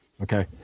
okay